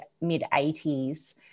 mid-80s